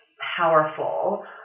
powerful